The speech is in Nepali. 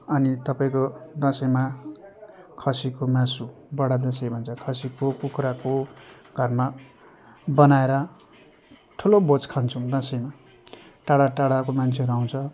अनि तपाईँको दसैँमा खसीको मासु बडा दसैँमा भन्छ खसीको कुखुराको घरमा बनाएर ठुलो भोज खान्छौँ दसैँमा टाढा टाढाको मान्छेहरू आउँछ